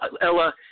Ella